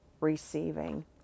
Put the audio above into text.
receiving